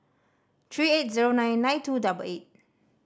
three eight zero nine nine two double eight